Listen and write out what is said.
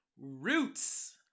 Roots